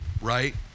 right